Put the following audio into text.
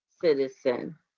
citizen